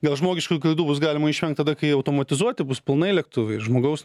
gal žmogiškų klaidų bus galima išvengt tada kai automatizuoti bus pilnai lėktuvai žmogaus